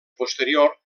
posterior